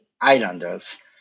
islanders